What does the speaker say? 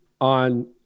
on